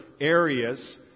areas